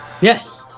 yes